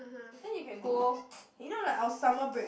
then you can go you know like our summer break